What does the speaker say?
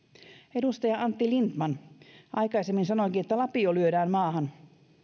edustaja antti lindtman aikaisemmin sanoikin että lapio lyödään maahan